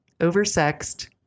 over-sexed